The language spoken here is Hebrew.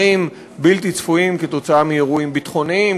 בלתי צפויים בשל אירועים ביטחוניים,